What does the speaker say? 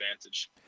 advantage